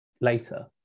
later